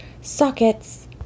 sockets